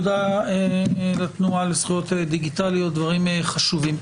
תודה לתנועה לזכויות דיגיטליות, דברים חשובים.